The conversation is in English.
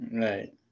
Right